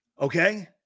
Okay